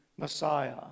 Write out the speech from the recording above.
Messiah